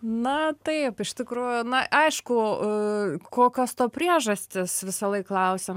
na taip iš tikrųjų na aišku kokios to priežastys visąlaik klausiam